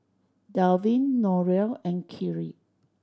Darwin Donell and Keri